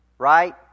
right